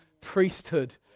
priesthood